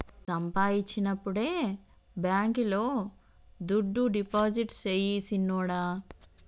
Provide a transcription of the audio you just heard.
సంపాయించినప్పుడే బాంకీలో దుడ్డు డిపాజిట్టు సెయ్ సిన్నోడా